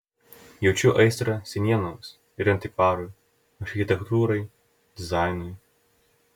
jaučiu aistrą senienoms ir antikvarui architektūrai dizainui